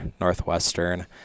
Northwestern